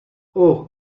اُه